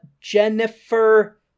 jennifer